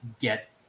get